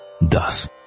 Thus